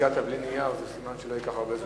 זה שהגעת בלי נייר, סימן שזה לא ייקח הרבה זמן.